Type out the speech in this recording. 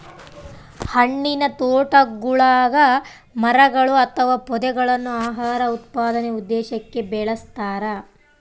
ಹಣ್ಣಿನತೋಟಗುಳಗ ಮರಗಳು ಅಥವಾ ಪೊದೆಗಳನ್ನು ಆಹಾರ ಉತ್ಪಾದನೆ ಉದ್ದೇಶಕ್ಕ ಬೆಳಸ್ತರ